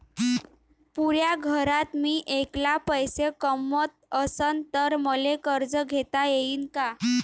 पुऱ्या घरात मी ऐकला पैसे कमवत असन तर मले कर्ज घेता येईन का?